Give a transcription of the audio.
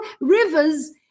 rivers